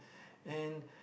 and